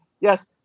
Yes